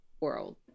world